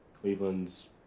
Cleveland's